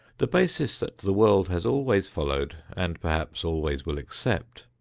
the basis that the world has always followed, and perhaps always will accept,